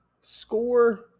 Score